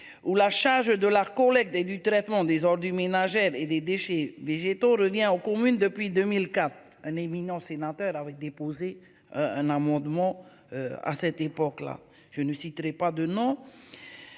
ou la charge de la collecte des du traitement des ordures ménagères et des déchets végétaux revient aux communes depuis 2004 un éminent sénateur avait déposé un amendement. À cette époque-là, je ne citerai pas de noms.